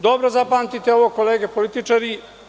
Dobro zapamtite ovo kolege političari.